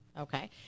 okay